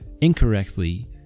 incorrectly